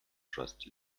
trust